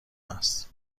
است